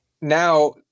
Now